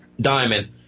Diamond